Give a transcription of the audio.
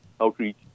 Outreach